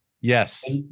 Yes